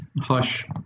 hush